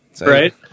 Right